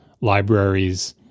libraries